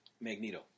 Magneto